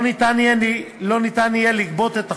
לא יהיה אפשר לגבות את החוב.